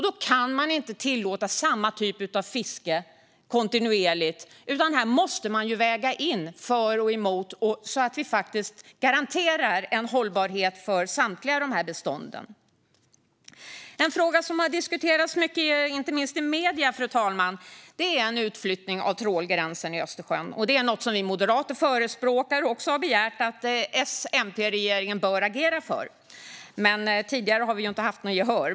Då kan man inte kontinuerligt tillåta samma typ av fiske, utan här måste man väga in för och emot så att vi garanterar en hållbarhet för samtliga dessa bestånd. En fråga som har diskuterats mycket, inte minst i medierna, fru talman, är en utflyttning av trålgränsen i Östersjön. Detta är något som vi moderater förespråkar och har begärt att S-MP-regeringen ska agera för, dock utan att tidigare få gehör.